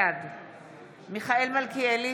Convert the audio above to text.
בעד מיכאל מלכיאלי,